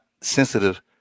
sensitive